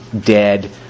dead